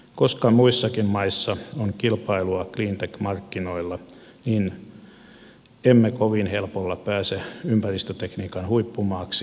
koska muissakin maissa on kilpailua cleantech markkinoilla niin emme kovin helpolla pääse ympäristötekniikan huippumaaksi